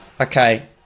okay